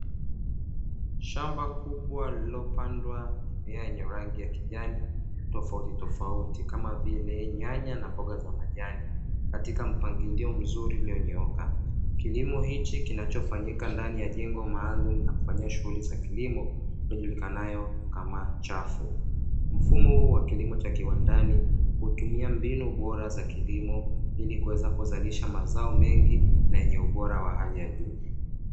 Shamba kubwa lililopandwa mimea yenye rangi ya kijani tofauti tofauti, kama vile nyanya na mboga za majani, katika mpangilio mzuri ulionyooka, kilimo hiki kinachofanyika ndani ya jengo maalumu la kufanyia shughuli za kilimo ijulikanayo kama jafu, mfumo huu wa kilimo cha kiwandani hutumia mbinu bora za kilimo, ili kuweza kuzalisha mazao mengi na yenye ubora wa hali ya juu.